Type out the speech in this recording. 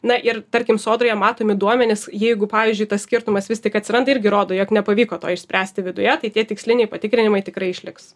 na ir tarkim sodroje matomi duomenys jeigu pavyzdžiui tas skirtumas vis tik atsiranda irgi rodo jog nepavyko to išspręsti viduje tai tie tiksliniai patikrinimai tikrai išliks